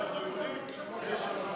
הצעתך